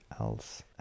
else